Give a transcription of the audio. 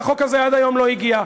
והחוק הזה עד היום לא הגיע.